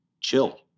chill